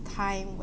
time